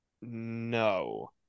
No